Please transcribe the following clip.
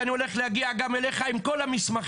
ואני הולך להגיע גם אליך עם כל המסמכים.